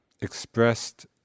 expressed